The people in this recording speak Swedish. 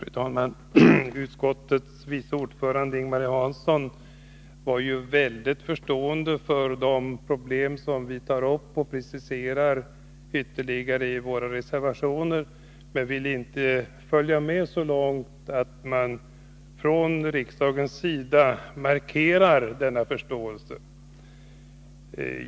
Fru talman! Utskottets vice ordförande Ing-Marie Hansson var väldigt förstående för de problem som vi tar upp och preciserar i våra reservationer, men hon ville inte följa med så långt att man från riksdagens sida markerar denna förståelse.